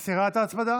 את מסירה את ההצמדה?